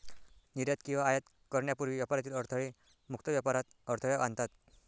निर्यात किंवा आयात करण्यापूर्वी व्यापारातील अडथळे मुक्त व्यापारात अडथळा आणतात